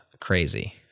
crazy